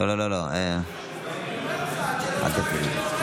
כן, הוא אמר.